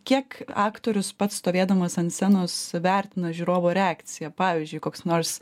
kiek aktorius pats stovėdamas ant scenos vertina žiūrovų reakciją pavyzdžiui koks nors